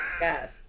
yes